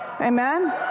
amen